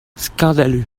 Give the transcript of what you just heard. scandaleux